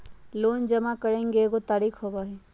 Loan जमा करेंगे एगो तारीक होबहई?